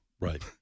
right